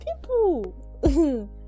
people